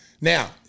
now